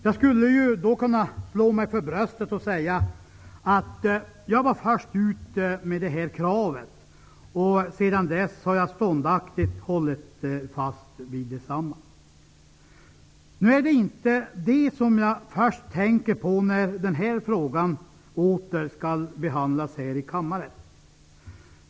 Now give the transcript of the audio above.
Jag skulle kunna slå mig för bröstet och säga att jag var först ut med det här kravet och att jag sedan dess ståndaktigt har hållit fast vid detsamma. Nu är det inte det som jag först tänker på när den här frågan åter skall behandlas här i kammaren.